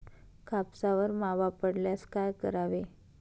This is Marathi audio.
कापसावर मावा पडल्यास काय करावे?